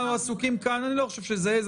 אני לא חושב שזה עז,